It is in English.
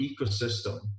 ecosystem